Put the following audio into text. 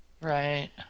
Right